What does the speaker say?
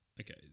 Okay